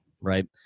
right